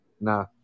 No